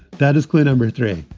that is clue number three.